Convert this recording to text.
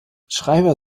schreiber